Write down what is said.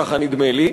ככה נדמה לי,